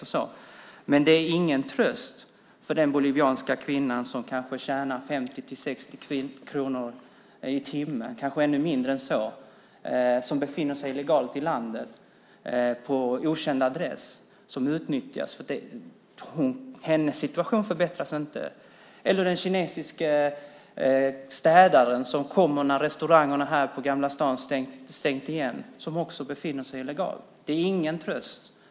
Dessa skattesänkningar är ingen tröst för den bolivianska kvinna som befinner sig illegalt i landet, på okänd adress, och utnyttjas för 50-60 kronor i timmen, kanske ännu mindre. Hennes situation förbättras inte. Inte heller är det en tröst för den kinesiske städare som befinner sig här illegalt och som kommer när restaurangerna i Gamla stan stängt.